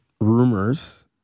rumors